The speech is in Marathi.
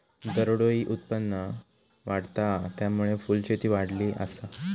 दरडोई उत्पन्न वाढता हा, त्यामुळे फुलशेती वाढली आसा